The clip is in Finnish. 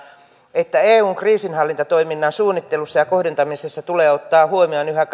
että eun kriisinhallintatoiminnan suunnittelussa ja kohdentamisessa tulee ottaa huomioon yhä